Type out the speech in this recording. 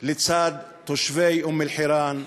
לצד תושבי אום-אלחיראן?